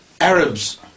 Arabs